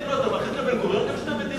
מי דיבר אז על שתי מדינות?